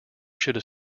should